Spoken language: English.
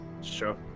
Sure